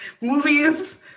Movies